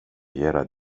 göra